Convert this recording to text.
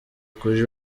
kuri